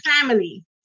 family